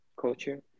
culture